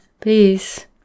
please